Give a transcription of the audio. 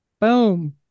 Boom